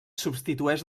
substitueix